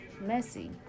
messy